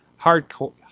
hardcore